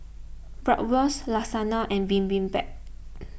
Bratwurst Lasagne and Bibimbap